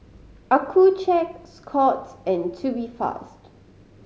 Accucheck Scott's and Tubifast